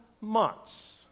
months